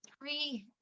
three